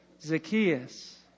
Zacchaeus